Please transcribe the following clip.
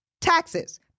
taxes